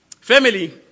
Family